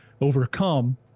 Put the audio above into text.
overcome